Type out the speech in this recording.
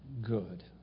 good